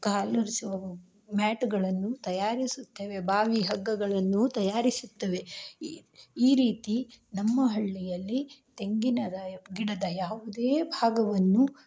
ಕಾಲೊರೆಸುವ ಮ್ಯಾಟುಗಳನ್ನು ತಯಾರಿಸುತ್ತೇವೆ ಬಾವಿ ಹಗ್ಗಗಳನ್ನೂ ತಯಾರಿಸುತ್ತೇವೆ ಈ ರೀತಿ ನಮ್ಮ ಹಳ್ಳಿಯಲ್ಲಿ ತೆಂಗಿನ ರ ಗಿಡದ ಯಾವುದೇ ಭಾಗವನ್ನು